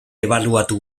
ebaluatu